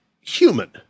human